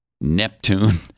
Neptune